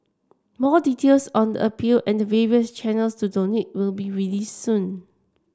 more details on the appeal and the various channels to donate will be released soon